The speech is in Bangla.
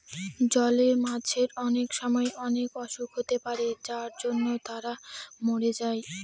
জলে মাছের অনেক সময় অনেক অসুখ হতে পারে যার জন্য তারা মরে যায়